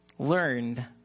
learned